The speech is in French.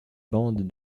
bande